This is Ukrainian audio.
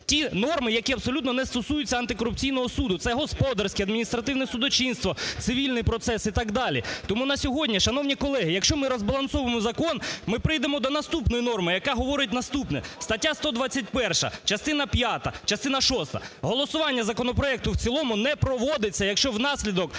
ті норми, які абсолютно не стосуються Антикорупційного суду, це господарське адміністративне судочинство, цивільний процес і так далі. Тому на сьогодні, шановні колеги, якщо ми розбалансовуємо закон, ми прийдемо до наступної норми, яка говорить наступне: стаття 121 частина п'ята, частина шоста: голосування законопроекту в цілому не проводиться, якщо внаслідок…